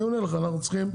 אנחנו צריכים,